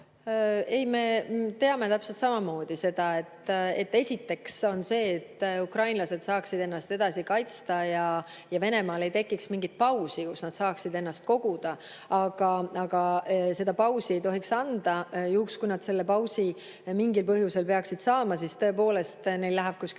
Ei, me teame täpselt samamoodi seda. Esiteks on see, et ukrainlased saaksid ennast edasi kaitsta ja Venemaal ei tekiks mingit pausi, kus nad saaksid ennast koguda. Seda pausi ei tohiks anda. Juhuks, kui nad selle pausi mingil põhjusel peaksid saama, siis tõepoolest, neil läheb kuskil